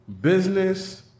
business